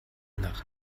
nach